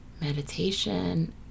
meditation